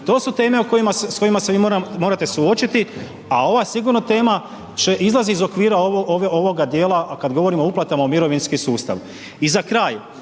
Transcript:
To su teme s kojima se vi morate suočiti a ova sigurno tema će izlaz iz okvira ovoga djela kad govorimo o uplatama u mirovinski sustav. I za kraj,